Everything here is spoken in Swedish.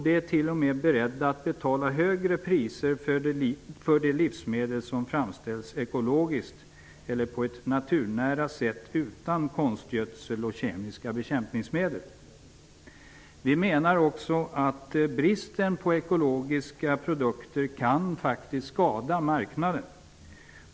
De är t.o.m. beredda att betala högre priser för de livsmedel som utan konstgödsel och kemiska bekämpningsmedel framställts ekologiskt eller på ett naturnära sätt. Bristen på ekologiska produkter kan faktiskt skada marknaden.